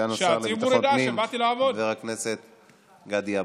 סגן השר לביטחון פנים חבר הכנסת גדי יברקן.